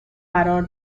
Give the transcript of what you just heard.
قرار